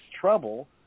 trouble